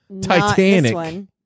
Titanic